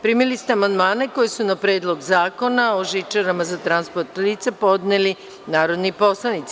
Primili ste amandmane koje su na predlog Zakona o žičarama za transport lica podneli narodni poslanici.